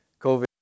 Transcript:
COVID